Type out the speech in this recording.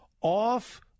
off